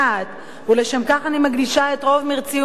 ולשם כך אני מקדישה את רוב מרצי ומאמצי,